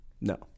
no